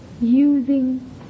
Using